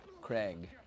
Craig